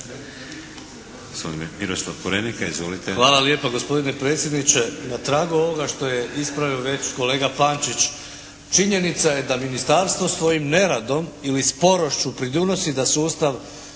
Hvala lijepa gospodine predsjedniče. Na tragu ovoga što je ispravio već kolega Pančić, činjenica je da ministarstvo svojim neradom ili sporošću pridonosi da sustav